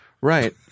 Right